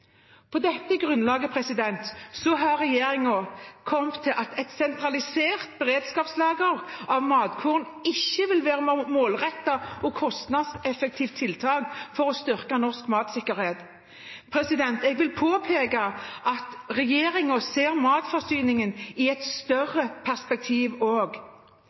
På dette grunnlaget har regjeringen kommet til at et sentralisert beredskapslager av matkorn ikke vil være et målrettet og kostnadseffektivt tiltak for å styrke norsk matsikkerhet. Jeg vil påpeke at regjeringen også ser matforsyningen i et større perspektiv.